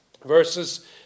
Verses